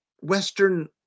Western